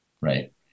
right